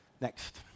Next